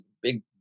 big